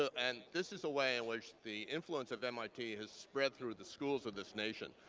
and this is a way in which the influence of mit has spread through the schools of this nation.